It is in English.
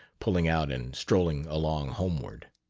pulling out and strolling along homeward.